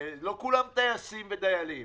לא כולם טייסים ודיילים,